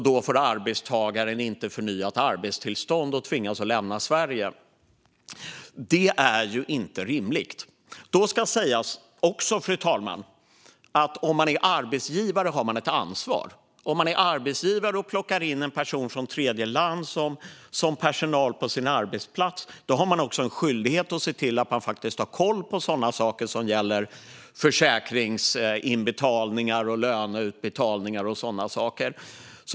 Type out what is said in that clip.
Då får arbetstagaren inte förnyat arbetstillstånd och tvingas lämna Sverige. Detta är inte rimligt. Det ska sägas, fru talman, att om man är arbetsgivare har man ett ansvar. Om man är arbetsgivare och plockar in en person från tredjeland som personal på sin arbetsplats har man en skyldighet att se till att man har koll på saker som försäkringsinbetalningar, löneutbetalningar och så vidare.